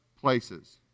places